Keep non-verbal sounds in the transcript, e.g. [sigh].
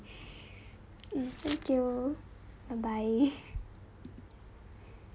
mm thank you bye bye [laughs]